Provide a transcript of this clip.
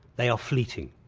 they are fleeting.